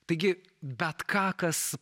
taigi bet ką kas